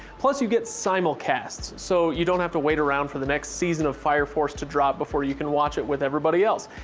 plus you get simulcast, so you don't have to wait around for the next season of fire force to drop before you can watch it with everybody else.